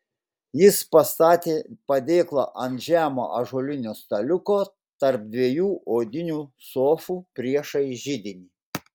jis pastatė padėklą ant žemo ąžuolinio staliuko tarp dviejų odinių sofų priešais židinį